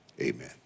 Amen